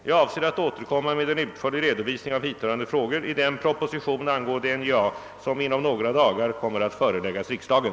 Jag avser att återkomma med en utförlig redovisning av hithörande frågor i den proposition angående NJA som inom några dagar kommer att föreläggas riksdagen.